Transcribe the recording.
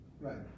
Right